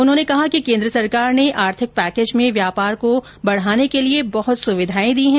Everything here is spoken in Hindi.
उन्होंने कहा कि केन्द्र सरकार ने आर्थिक पैकेज में व्यापार को बढाने के लिए बहत सुविधाएं दी है